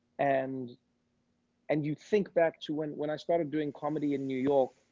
and and you think back to when when i started doing comedy in new york,